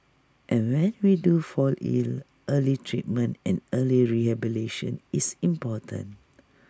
and when we do fall ill early treatment and early rehabilitation is important